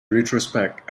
retrospect